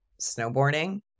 snowboarding